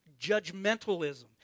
judgmentalism